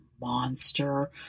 monster